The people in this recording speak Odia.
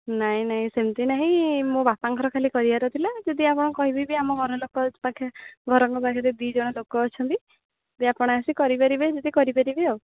ନାଇଁ ନାଇଁ ସେମିତି ନାହିଁ ମୋ ବାପାଙ୍କର ଖାଲି କରିବାର ଥିଲା ଯଦି ଆପଣ କହିବେ ବି ଆମ ଘର ଲୋକ ପାଖ ଘରଙ୍କ ପାଖରେ ଦୁଇଜଣ ଲୋକ ଅଛନ୍ତି ଯଦି ଆପଣ ଆସି କରିପାରିବେ ଯଦି କରିପାରିବେ ଆଉ